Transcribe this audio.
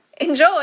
Enjoy